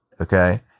okay